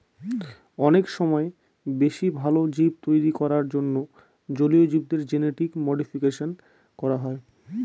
অনেক সময় বেশি ভালো জীব তৈরী করার জন্য জলীয় জীবদের জেনেটিক মডিফিকেশন করা হয়